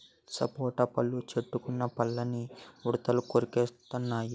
సపోటా పళ్ళు చెట్టుకున్న పళ్ళని ఉడతలు కొరికెత్తెన్నయి